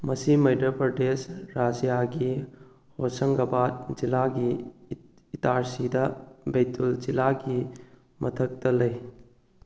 ꯃꯁꯤ ꯃꯩꯙꯄ꯭ꯔꯗꯦꯁ ꯔꯥꯖ꯭ꯌꯥꯒꯤ ꯍꯣꯁꯪꯒꯕꯥꯗ ꯖꯤꯂꯥꯒꯤ ꯏꯇꯥꯔꯁꯤꯗ ꯕꯩꯇꯨꯜ ꯖꯤꯂꯥꯒꯤ ꯃꯊꯛꯇ ꯂꯩ